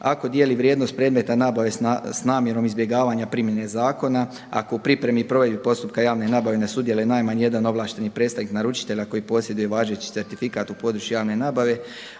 ako dijeli vrijednost predmeta nabave s namjerom izbjegavanja primjene zakona, ako u pripremi provedbe postupka javne nabave ne sudjeluje najmanje jedan ovlašteni predstavnik naručitelja koji posjeduje važeći certifikat u području javne nabave,